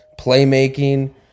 playmaking